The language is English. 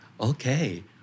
Okay